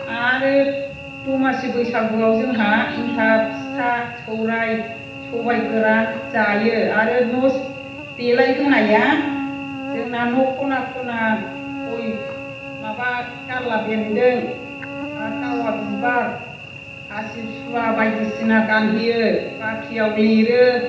आरो दमासि बैसागुआव जोंहा एन्थाब फिथा सौराय सबाय गोरान जायो आरो न' देलायहोनाया जोंना न' खना खना गय माबा गारला बेन्दों आरो दावा बिबार हासिब सुवा बायदिसिना गानहोयो बाख्रियाव लिरो